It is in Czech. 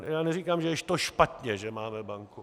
Já neříkám, že je to špatně, že máme banku.